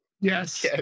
Yes